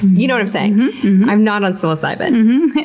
you know what i'm saying i'm not on psilocybin.